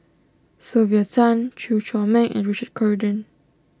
Sylvia Tan Chew Chor Meng and Richard Corridon